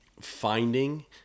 finding